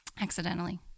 accidentally